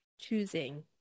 choosing